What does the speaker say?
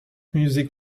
music